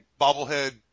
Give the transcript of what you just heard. bobblehead